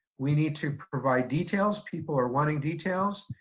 we need to provide details, people are wanting details.